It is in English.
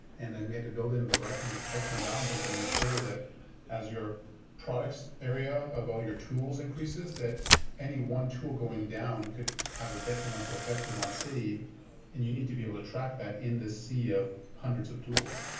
and then we had to build in the right kinds of checks and balances to make sure that as your products area of all your tools increases, that any one tool going down could have a detrimental effect to one city and you need to be able to track that in this sea of hundreds of tools.